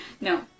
No